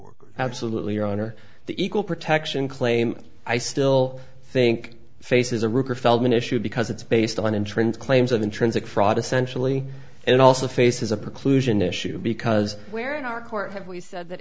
worker absolutely your honor the equal protection claim i still think faces a ruger feldman issue because it's based on insurance claims of intrinsic fraud essentially and also faces a preclusion issue because where in our court have we said that